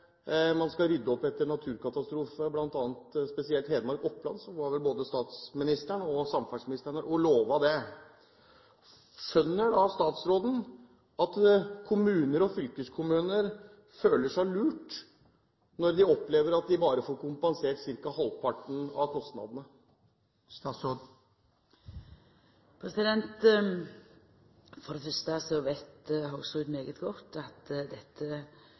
man skal rydde opp etter naturkatastrofer – spesielt i Hedmark og Oppland var vel både statsministeren og samferdselsministeren ute og lovet det – skjønner da statsråden at kommuner og fylkeskommuner føler seg lurt når de opplever at de bare får kompensert ca. halvparten av kostnadene? Representanten Hoksrud veit svært godt at